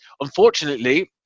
unfortunately